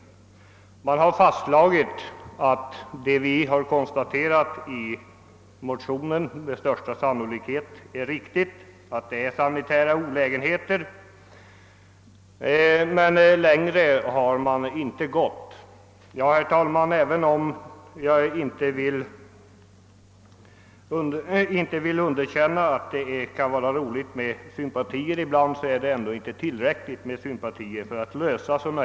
Utskottet har fastslagit att vad vi anfört i motionerna med största sannolikhet är riktigt; det skapas sanitära olägenheter. Längre än så har utskottet emellertid inte velat gå. Och även om jag inte förnekar att det kan vara trevligt med sympatiyttringar ibland är det inte tillräckligt för att lösa problem av detta slag.